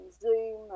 Zoom